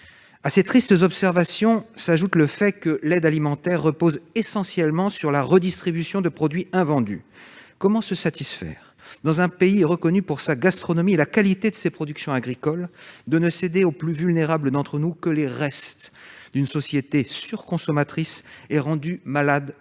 À ces tristes observations s'ajoute le fait que l'aide alimentaire repose essentiellement sur la redistribution de produits invendus. Comment se satisfaire, dans un pays reconnu pour sa gastronomie et la qualité de ses productions agricoles, de ne céder aux plus vulnérables d'entre nous que les « restes » d'une société surconsommatrice, rendue malade